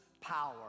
power